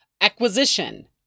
acquisition